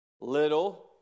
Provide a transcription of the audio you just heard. Little